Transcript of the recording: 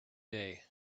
day